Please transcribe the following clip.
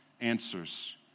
answers